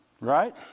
right